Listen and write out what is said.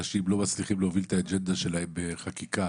אנשים לא מצליחים להוביל את האג'נדה שלהם בחקיקה